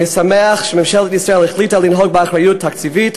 אני שמח שממשלת ישראל החליטה לנהוג באחריות תקציבית,